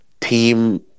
team